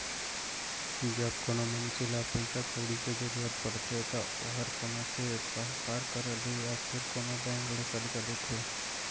जब कोनो मनसे ल पइसा कउड़ी के जरूरत परथे त ओहर कोनो सेठ, साहूकार करा ले या फेर कोनो बेंक ले करजा लेथे